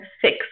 six